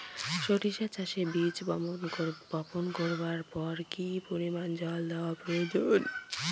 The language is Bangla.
সরিষা চাষে বীজ বপন করবার পর কি পরিমাণ জল দেওয়া প্রয়োজন?